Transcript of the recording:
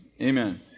Amen